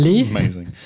Amazing